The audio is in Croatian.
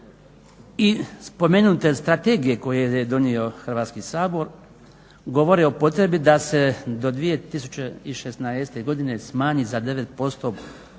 i spomenute strategije koje je donio Hrvatski sabor govori o potrebi sa se do 2016. godine smanji za 9% neposredna